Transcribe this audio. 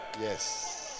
yes